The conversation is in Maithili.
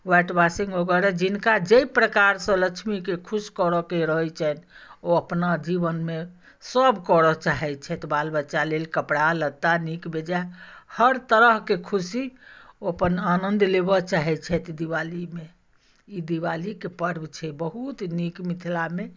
ह्वाइट वाशिंग वगैरह जिनका जाहि प्रकारसँ लक्ष्मीके खुश करय के रहैत छनि ओ अपना जीवनमे सभ करय चाहैत छथि बाल बच्चा लेल कपड़ा लत्ता नीक बेजाए हर तरहके खुशी ओ अपन आनन्द लेबय चाहैत छथि दिवालीमे ई दिवालीके पर्व छै बहुत नीक मिथिलामे